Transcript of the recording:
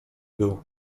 był